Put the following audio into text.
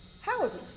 houses